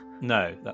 No